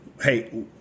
Hey